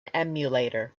emulator